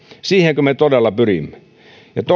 siihenkö me todella pyrimme